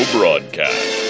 Broadcast